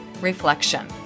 reflection